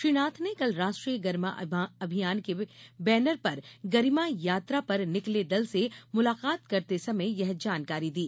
श्री नाथ ने कल राष्ट्रीय गरिमा अभियान के बैनर पर गरिमा यात्रा पर निकले दल से मुलाकात करते समय यह जानकारी दी